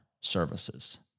services